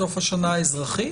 בסוף השנה האזרחית?